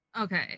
Okay